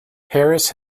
harris